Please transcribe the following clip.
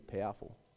powerful